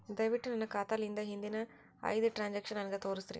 ದಯವಿಟ್ಟು ನನ್ನ ಖಾತಾಲಿಂದ ಹಿಂದಿನ ಐದ ಟ್ರಾಂಜಾಕ್ಷನ್ ನನಗ ತೋರಸ್ರಿ